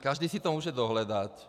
Každý si to může dohledat.